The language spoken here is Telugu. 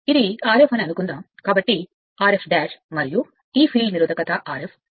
ఇది Rf అని అనుకుందాం కాబట్టి Rf మరియు ఈ ఫీల్డ్ నిరోధకత Rf